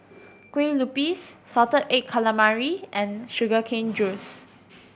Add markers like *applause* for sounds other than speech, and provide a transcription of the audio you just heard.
*noise* Kueh Lupis salted egg calamari and sugar *noise* cane juice